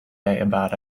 about